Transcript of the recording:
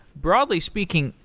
broadly speaking,